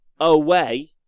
away